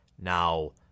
Now